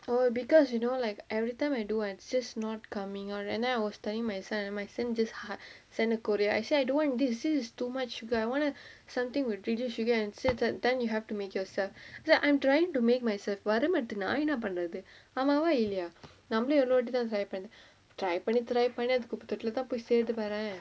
oh because you know like every time I do and it's not coming out and then I was telling my son my son send a courier I say I don't want you did say is too much sugar I wanted something with little sugar then he say you have to make yourself that I'm trying to make myself வரமாட்டுது நா என்ன பண்றது ஆமாவா இல்லயா நம்மலும் எவளோ வாட்டிதா:varamaatuthu naa enna pandrathu aamaavaa illayaa nammalu evalo vaattithaa try பண்றது:pandrathu try பண்ணி:panni try பண்ணி அது குற்றதுளதா போய் சேருது பார:panni athu kutrathulathaa poyi seruthu paara